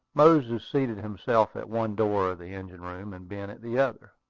moses seated himself at one door of the engine-room, and ben at the other.